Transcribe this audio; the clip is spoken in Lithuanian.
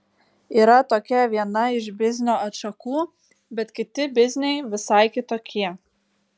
yra tokia viena iš biznio atšakų bet kiti bizniai visai kitokie